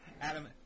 Adam